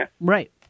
right